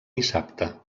dissabte